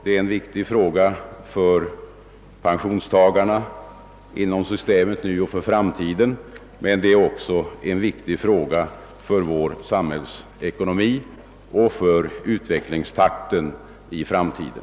Det är en viktig fråga för pensionstagarna inom pensionssystemet nu och för framtiden, men det är en viktig fråga också för vår samhällsekonomi och för utvecklingstakten i framtiden.